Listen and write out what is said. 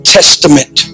Testament